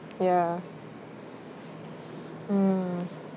ya mm